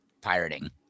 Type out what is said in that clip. pirating